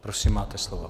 Prosím, máte slovo.